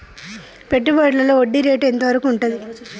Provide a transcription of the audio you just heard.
పెట్టుబడులలో వడ్డీ రేటు ఎంత వరకు ఉంటది?